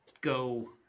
Go